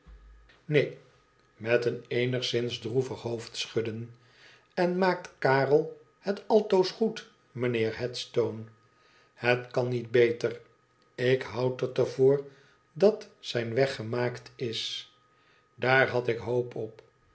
met een eenigszins droevig hoofdschudden len maakt karel het altoos goed mijnheer headstone ihet kan niet beter ik houd het er voor dat zijn weg gemaakt is idaar had ik hoop op